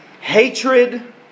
hatred